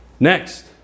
Next